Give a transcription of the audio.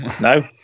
No